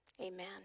amen